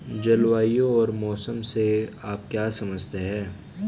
जलवायु और मौसम से आप क्या समझते हैं?